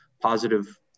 positive